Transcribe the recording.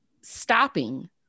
stopping